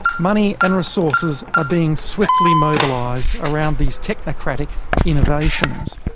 money and resources are being swiftly mobilised around these technocratic innovations.